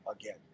again